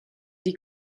die